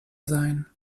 sein